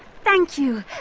thank you,